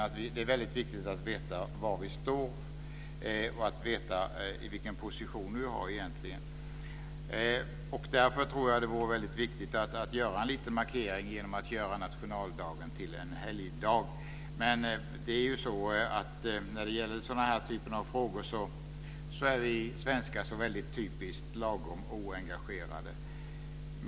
Det är väldigt viktigt att veta var vi står och vilken position vi egentligen har. Därför tror jag att det är väldigt viktigt att göra en liten markering genom att göra nationaldagen till en helgdag. När det gäller den här typen av frågor är vi svenskar så väldigt typiskt lagom oengagerade.